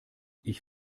ich